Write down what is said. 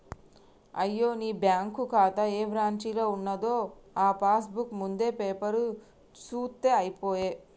అయ్యో నీ బ్యాంకు ఖాతా ఏ బ్రాంచీలో ఉన్నదో ఆ పాస్ బుక్ ముందు పేపరు సూత్తే అయిపోయే